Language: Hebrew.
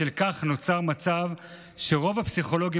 בשל כך נוצר מצב שבו רוב הפסיכולוגים